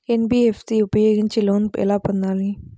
NBFC ఉపయోగించి loan ఎలా పొందాలి?